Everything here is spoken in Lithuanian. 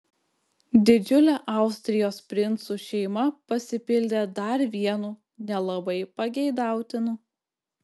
didžiulė austrijos princų šeima pasipildė dar vienu nelabai pageidautinu